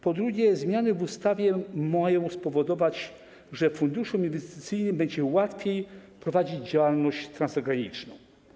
Po drugie, zmiany w ustawie mają spowodować, że funduszom inwestycyjnym będzie łatwiej prowadzić działalność transgraniczną.